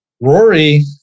Rory